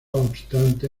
obstante